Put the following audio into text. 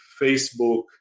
Facebook